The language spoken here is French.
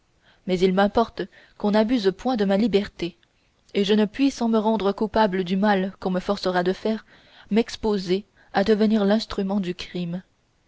mais il m'importe qu'on n'abuse point de ma liberté et je ne puis sans me rendre coupable du mal qu'on me forcera de faire m'exposer à devenir l'instrument du crime